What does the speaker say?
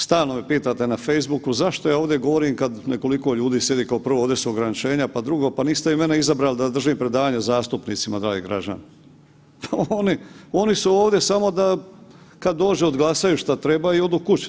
Stalno me pitate na facebooku zašto ja ovdje govorim kada nekoliko ljudi sjedi kao prvo ovdje su ograničenja, pa drugo pa niste vi mene izabrali da držim predavanje zastupnicima dragi građani, pa oni su ovdje samo da kada dođe odglasaju šta treba i odu kući.